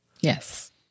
Yes